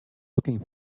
looking